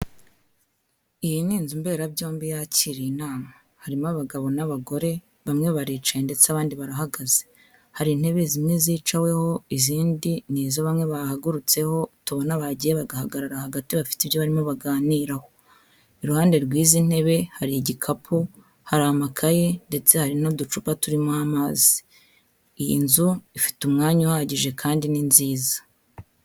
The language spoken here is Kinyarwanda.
Iyi ni inzu mberabyombi yakiriye inama, harimo abagabo n'abagore bamwe barica ndetse abandi barahagaze, hari intebe zimwe zicaweho izindi ni izo bamwe bahagurutseho ukabona bagiye bagahagarara hagati bafite ibyo barimo baganiraho, iruhande rw'izi ntebe hari igikapu, hari amakaye ndetse hari n'uducupa turimo amazi, iyi nzu ifite umwanya uhagije kandi ni nziza.